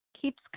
keeps